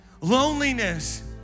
Loneliness